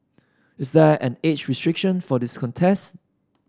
is there an age restriction for this contest